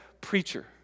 preacher